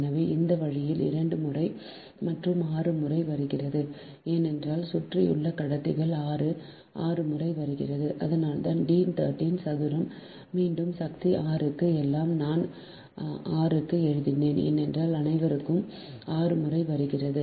எனவே இந்த வழியில் இரண்டு முறை மற்றும் 6 முறை வருகிறது ஏனெனில் சுற்றியுள்ள கடத்திகள் 6 6 முறை வருகிறது அதனால்தான் D 13 சதுரம் மீண்டும் சக்தி 6 க்கு எல்லாம் நான் 6 க்கு எழுதினேன் ஏனென்றால் அனைத்தும் 6 முறை வருகிறது